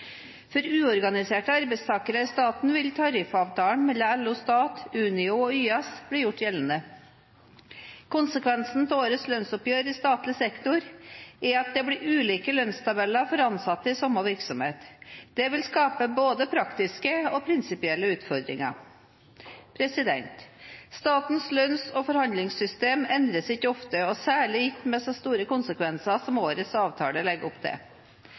For uorganiserte arbeidstakere i staten vil tariffavtalen mellom LO Stat, Unio og YS bli gjort gjeldende. Konsekvensen av årets lønnsoppgjør i statlig sektor er at det blir ulike lønnstabeller for ansatte i samme virksomhet. Det vil skape både praktiske og prinsipielle utfordringer. Statens lønns- og forhandlingssystem endres ikke ofte og særlig ikke med så store konsekvenser som årets avtale legger opp til.